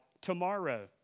tomorrow